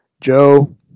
Joe